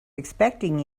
expecting